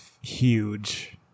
huge